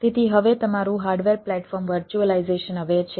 તેથી હવે તમારું હાર્ડવેર પ્લેટફોર્મ વર્ચ્યુઅલાઈઝેશન અવેર છે